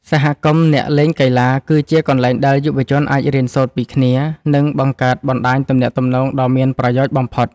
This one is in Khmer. សហគមន៍អ្នកលេងកីឡា គឺជាកន្លែងដែលយុវជនអាចរៀនសូត្រពីគ្នា និងបង្កើតបណ្តាញទំនាក់ទំនងដ៏មានប្រយោជន៍បំផុត។